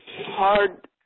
hard